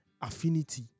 affinity